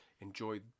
enjoy